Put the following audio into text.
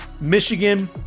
Michigan